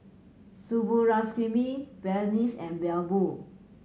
Subbulakshmi Verghese and Bellur